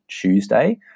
Tuesday